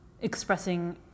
expressing